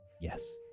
Yes